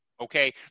okay